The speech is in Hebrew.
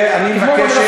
ואני מבקש,